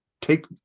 take